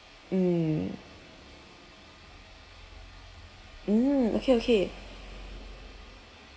mm mm okay okay